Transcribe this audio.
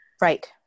Right